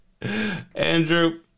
Andrew